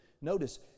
Notice